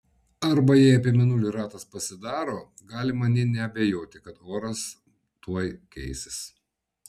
arba jei apie mėnulį ratas pasidaro galima nė neabejoti kad oras tuoj keisis